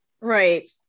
Right